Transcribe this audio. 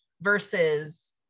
versus